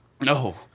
No